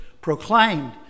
proclaimed